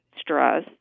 stress